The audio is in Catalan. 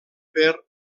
per